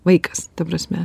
vaikas ta prasme